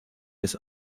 des